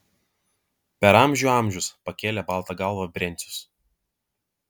per amžių amžius pakėlė baltą galvą brencius